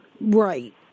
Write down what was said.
Right